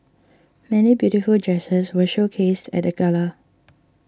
many beautiful dresses were showcased at the gala